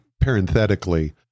parenthetically